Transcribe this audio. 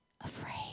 afraid